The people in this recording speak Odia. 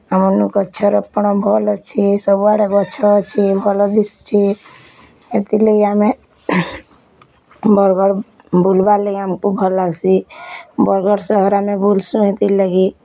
ଆମର୍ ନୁ ଗଛର୍ ରୋପଣ୍ ଭଲ୍ଅଛି ସବୁଆଡ଼ ଗଛ ଅଛି ଭଲ ଦିଶିଚି ଏଥିର୍ଲାଗି ଆମେ ବରଗଡ଼୍ ବୁଲିବା ଲାଗି ଆମ୍କୁ ଭଲ୍ ଲାଗ୍ସି ବରଗଡ଼୍ ସହର୍ ଆମେ ବୁଲୁସୁଁ ସେଥିର୍ଲାଗି